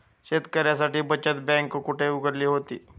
शेतकऱ्यांसाठी बचत बँक कुठे उघडली होती?